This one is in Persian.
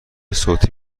صوتی